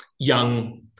young